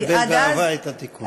מקבל באהבה את התיקון.